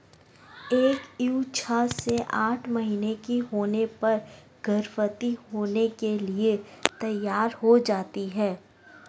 एक ईव छह से आठ महीने की होने पर गर्भवती होने के लिए तैयार हो जाती है